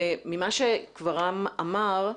וממה שחבר הכנסת רם בן ברק אמר,